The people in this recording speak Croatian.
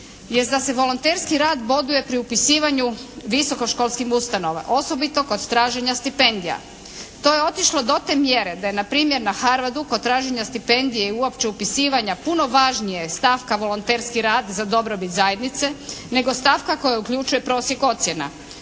jest da se volonterski rad boduje pri upisivanju visokoškolskim ustanova, osobito kod traženja stipendija. To je otišlo do te mjere da je npr. na Harwardu kod traženja stipendije i uopće upisivanja puno važnije stavka volonterski rad za dobrobit zajednice, nego stavka koja uključuje prosjek ocjena.